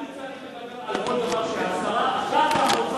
אני צריך לדבר על כל דבר שהשרה אחר כך